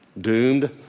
Doomed